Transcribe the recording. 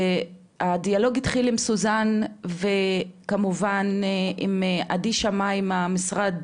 הדיאלוג התחיל עם סוזן וכמובן עם עדי שמאי מהמשרד